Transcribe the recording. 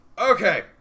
Okay